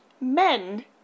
men